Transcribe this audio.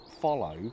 follow